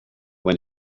when